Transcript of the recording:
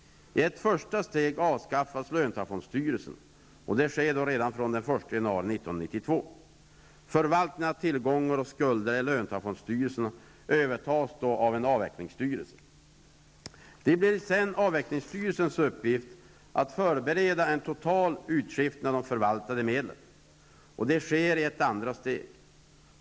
I ett första steg avskaffas löntagarfondsstyrelserna. Detta sker redan från den 1 januari 1992. Förvaltningen av tillgångar och skulder i löntagarfondsstyrelserna övertas då av en avvecklingsstyrelse. Det blir sedan avvecklingsstyrelsens uppgift att förbereda en total utskiftning av de förvaltade medlen. Detta sker i ett andra steg.